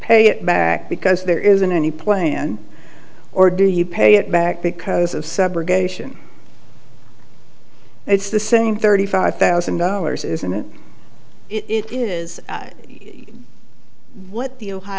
pay it back because there isn't any plane or do you pay it back because of subrogation it's the same thirty five thousand dollars isn't it it is what the